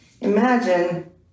Imagine